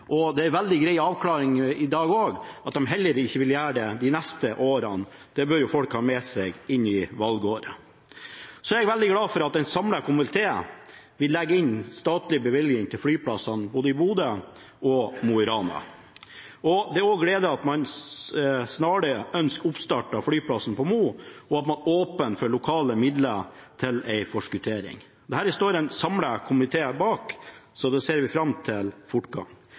er kommet en veldig grei avklaring i dag om at de heller ikke vil gjøre det de neste årene. Det bør folk ha med seg inn i valgåret. Jeg er veldig glad for at en samlet komité vil legge inn statlige bevilgninger til flyplassene i både Bodø og Mo i Rana. Det er også gledelig at man ønsker en snarlig oppstart av flyplassen i Mo, og at man åpner for lokale midler til en forskuttering. Dette står en samlet komité bak, så da ser vi fram til fortgang.